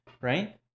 right